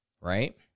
Right